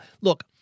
look